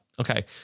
Okay